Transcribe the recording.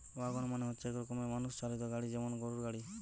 wagon মানে হচ্ছে এক রকমের মানুষ চালিত গাড়ি যেমন গরুর গাড়ি